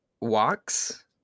Walks